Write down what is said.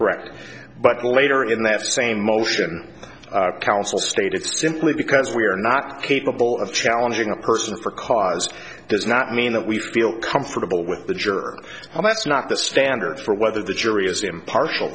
wreck but later in that same motion counsel stated simply because we are not capable of challenging a person for cause does not mean that we feel comfortable with the juror and that's not the standard for whether the jury is impartial